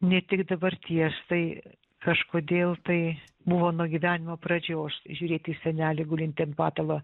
ne tik dabarties tai kažkodėl tai buvo nuo gyvenimo pradžios žiūrėti į senelį gulintį ant patalo